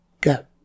Go